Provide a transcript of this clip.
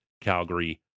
Calgary